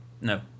No